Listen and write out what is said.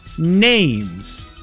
Names